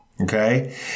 Okay